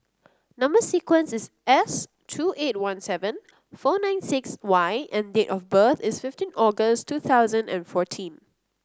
number sequence is S two eight one seven four nine six Y and date of birth is fifteen August two thousand and fourteen